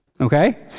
Okay